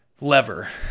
lever